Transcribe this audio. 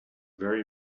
very